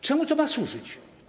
Czemu to ma służyć?